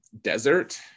desert